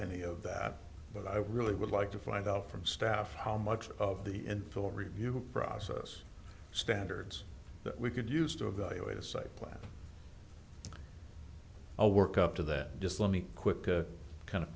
any of that but i really would like to find out from staff how much of the infill review process standards that we could use to evaluate a site plan a work up to that just let me quick to kind of